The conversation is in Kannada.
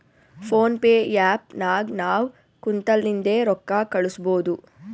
ಫೋನ್ ಪೇ ಆ್ಯಪ್ ನಾಗ್ ನಾವ್ ಕುಂತಲ್ಲಿಂದೆ ರೊಕ್ಕಾ ಕಳುಸ್ಬೋದು